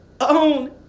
own